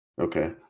okay